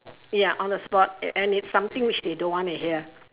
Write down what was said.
ya on the spot and it's something which they don't want to hear